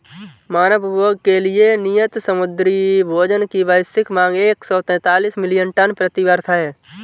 मानव उपभोग के लिए नियत समुद्री भोजन की वैश्विक मांग एक सौ तैंतालीस मिलियन टन प्रति वर्ष है